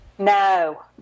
No